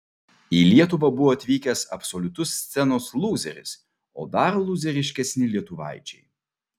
į lietuvą buvo atvykęs absoliutus scenos lūzeris o dar lūzeriškesni lietuvaičiai